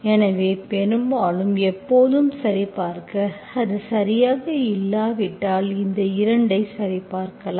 எனவே பெரும்பாலும் எப்போதும் சரிபார்க்க அது சரியாக இல்லாவிட்டால் இந்த 2 ஐ சரிபார்க்கலாம்